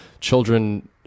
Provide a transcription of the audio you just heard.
children